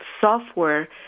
software